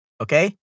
Okay